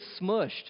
smushed